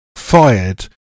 Fired